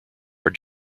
are